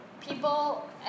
people